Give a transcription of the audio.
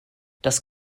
das